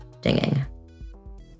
dinging